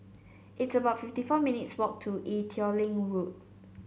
it's about fifty four minutes' walk to Ee Teow Leng Road